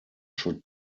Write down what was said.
should